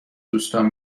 دوستام